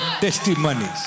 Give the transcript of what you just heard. testimonies